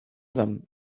them